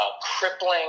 crippling